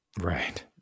Right